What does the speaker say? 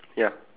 ya